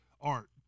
art